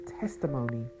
testimony